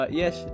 yes